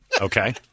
okay